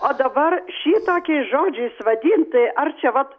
o dabar šitokiais žodžiais vadintai ar čia vat